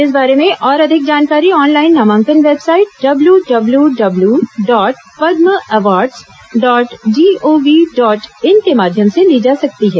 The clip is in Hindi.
इस बारे में और अधिक जानकारी ऑनलाइन नामांकन website W W W dot Padma awards dot G O V dot in के माध्यम से ली जा सकती है